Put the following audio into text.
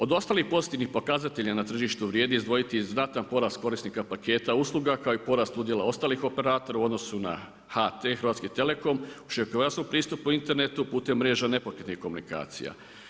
Od ostalih pozitivnih pokazatelja na tržištu vrijedi izdvojiti i znatan porast korisnika paketa usluga kao i porast udjela ostalih operatora u odnosu na HT, Hrvatski telekom, širokopojasni pristupu internetu putem mreža nepokretnih komunikacija.